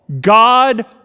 God